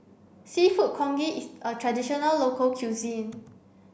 Seafood Congee is a traditional local cuisine